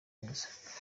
neza